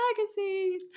Magazine